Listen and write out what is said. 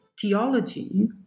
theology